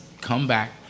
comeback